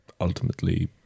ultimately